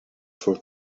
for